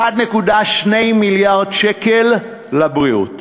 1.2 מיליארד שקלים לבריאות,